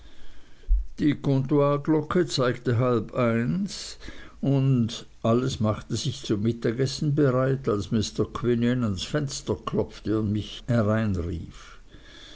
die comptoirglocke zeigte halb eins und alles machte sich zum mittagessen bereit als mr quinion ans fenster klopfte und mich hereinrief